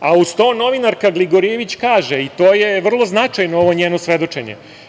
a uz to novinarka Gligorijević kaže i to je vrlo značajno njeno svedočenje,